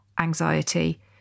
anxiety